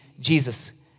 Jesus